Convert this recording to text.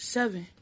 Seven